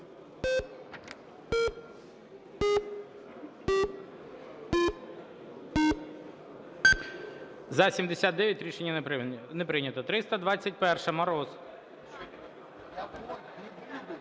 За-79 Рішення не прийнято. 321-а, Мороз.